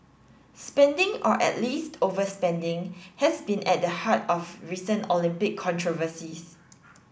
spending or at least overspending has been at the heart of recent Olympic controversies